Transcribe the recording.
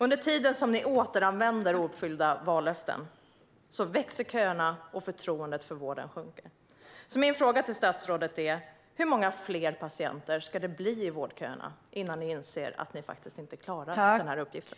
Under tiden som ni återanvänder ouppfyllda vallöften växer köerna, och förtroendet för vården sjunker. Min fråga till statsrådet är därför: Hur många fler patienter ska det bli i vårdköerna innan ni inser att ni faktiskt inte klarar den här uppgiften?